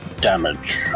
damage